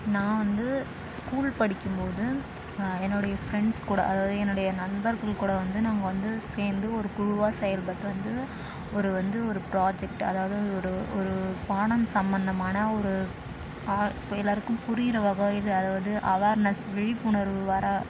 நான் வந்து ஸ்கூல் படிக்கும்போது என்னுடைய ஃப்ரெண்ட்ஸ் கூட அதாவது என்னுடைய நண்பர்கள் கூட வந்து நாங்கள் வந்து சேர்ந்து ஒரு குழுவாக செயல்பட்டு வந்து ஒரு வந்து ஒரு ப்ராஜெக்ட் அதாவது வந்து ஒரு ஒரு பாடம் சம்மந்தமான ஒரு ஆ இப்போ எல்லோருக்கும் புரிகிற வகையில் அதாவது அவேர்னஸ் விழிப்புணர்வு வர